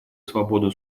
свободу